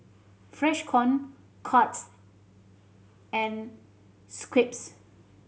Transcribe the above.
Freshkon Courts and Schweppes